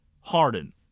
Harden